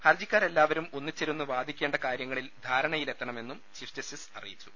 ഹർജി ക്കാരെല്ലാവരും ഒന്നിച്ചിരുന്ന് വാദിക്കേണ്ട കാരൃങ്ങളിൽ ധാരണ യിലെത്തണമെന്നും ചീഫ് ജസ്റ്റിസ് അറിയിച്ചു